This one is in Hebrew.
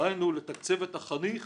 דהיינו לתקצב את החניך